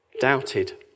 doubted